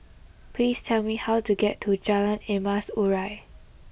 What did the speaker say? please tell me how to get to Jalan Emas Urai